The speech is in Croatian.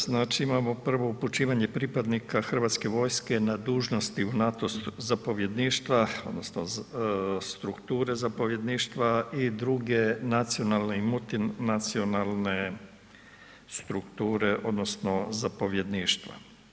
Znači, imamo prvo upućivanje pripadnika Hrvatske vojske na dužnosti u NATO zapovjedništva odnosno strukture zapovjedništva i druge nacionalne i multinacionalne strukture odnosno zapovjedništva.